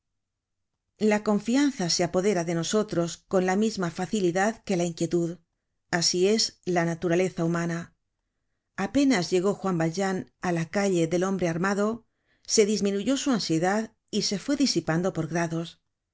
la confianza se apodera de nosotros con la misma facilidad que la inquietud asi es la naturaleza humana apenas llegó juan valjean á la calle del hombre armado se disminuyó su ansiedad y se fue disipando por grados hay